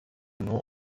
nur